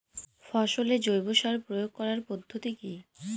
ফসলে জৈব সার প্রয়োগ করার পদ্ধতি কি?